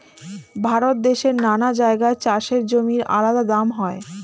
ভারত দেশের নানা জায়গায় চাষের জমির আলাদা দাম হয়